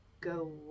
go